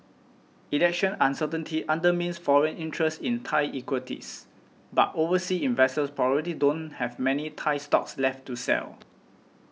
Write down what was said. election uncertainty undermines foreign interest in Thai equities but overseas investors probably don't have many Thai stocks left to sell